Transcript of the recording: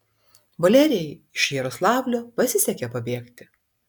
valerijai iš jaroslavlio pasisekė pabėgti